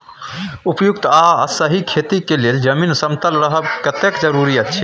उपयुक्त आ सही खेती के लेल जमीन समतल रहब कतेक जरूरी अछि?